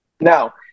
Now